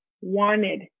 wanted